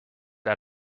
out